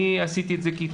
אני עשיתי את זה כעיתונאי,